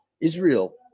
Israel